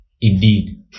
indeed